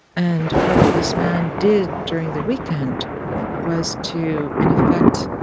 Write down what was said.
and what this man did during the weekend was to, in effect,